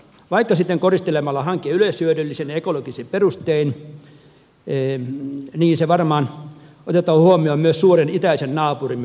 vaikka sitten koristelemalla hanke yleishyödyllisin ja ekologisin perustein se varmaan otetaan huomioon myös suuren itäisen naapurimme suunnalla